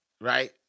Right